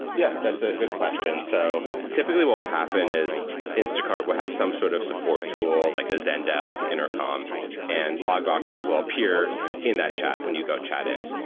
yeah, that's a good question. so typically what will happen is instacart will have some sort of support tool like a zendesk intercom and logrocket will appear in that chat when you go chat in.